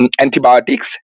antibiotics